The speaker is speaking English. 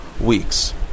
weeks